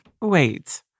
Wait